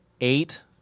eight